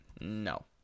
No